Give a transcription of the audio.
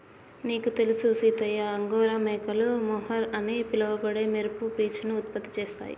నీకు తెలుసు సీతయ్య అంగోరా మేకలు మొహర్ అని పిలవబడే మెరుపు పీచును ఉత్పత్తి చేస్తాయి